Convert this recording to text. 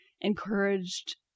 encouraged